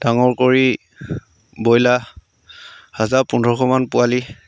ডাঙৰ কৰি ব্ৰইলাৰ হাজাৰ পোন্ধৰশমান পোৱালি